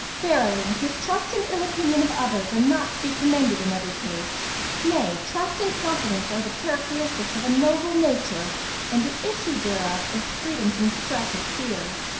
verily mistrust and ill opinion of others are not to be commended in every case nay trust and confidence are the characteristics of a noble nature and the issue thereof is freedom from stress of fear.